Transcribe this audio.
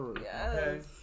Yes